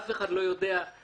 אף אחד לא יודע איך